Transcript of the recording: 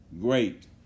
great